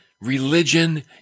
religion